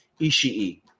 Ishii